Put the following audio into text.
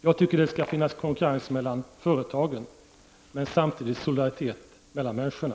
Jag tycker att det skall finnas konkurrens mellan företagen men samtidigt solidaritet mellan människorna.